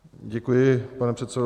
Děkuji, pane předsedo.